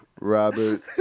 Robert